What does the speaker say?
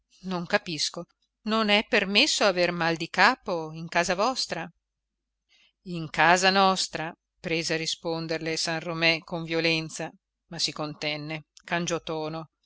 non capisco non è permesso aver mal di capo in casa vostra in casa nostra prese a risponderle san romé con violenza ma si contenne cangiò tono